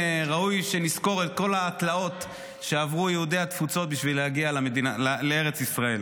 ראוי שנזכור את כל התלאות שעברו יהודי התפוצות בשביל להגיע לארץ ישראל.